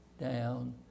Down